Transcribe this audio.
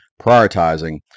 prioritizing